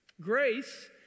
Grace